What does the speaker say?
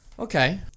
Okay